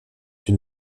une